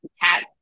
cat